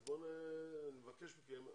אז נבקש מכם.